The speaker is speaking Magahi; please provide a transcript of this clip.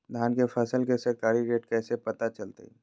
धान के फसल के सरकारी रेट कैसे पता चलताय?